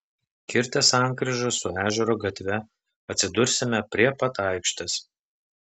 kirtę sankryžą su ežero gatve atsidursime prie pat aikštės